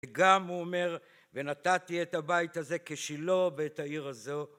וגם הוא אומר, ונתתי את הבית הזה כשילו ואת העיר הזו.